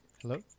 Hello